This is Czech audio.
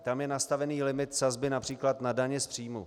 Tam je nastavený limit sazby například na daně z příjmů.